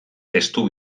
testu